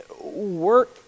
work